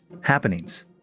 happenings